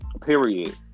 period